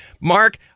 Mark